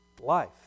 life